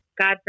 God